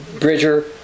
Bridger